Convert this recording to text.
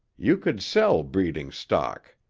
you could sell breeding stock.